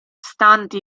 stanti